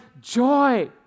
joy